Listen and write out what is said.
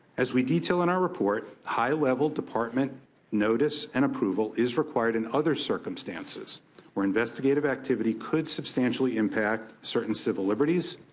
as we detail in our report, high level department notice and approval is required in other circumstances where investigative activity could substantially impact certain civil liberties.